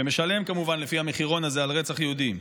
שמשלם כמובן לפי המחירון הזה על רצח יהודים.